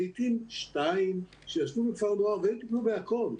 לעיתים שתיים שישבו בכפר נוער והן טיפלו בכול.